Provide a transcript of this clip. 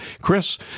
Chris